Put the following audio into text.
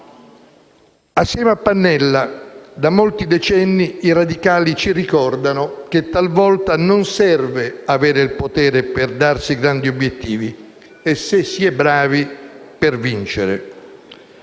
Assieme a Pannella, da molti decenni i radicali ci ricordano che talvolta non serve avere il potere per darsi grandi obiettivi e, se si è bravi, per vincere.